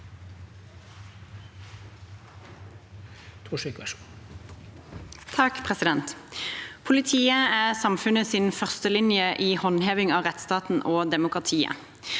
Politiet er samfunnets førstelinje i håndheving av rettsstaten og demokratiet.